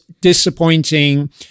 disappointing